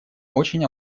очень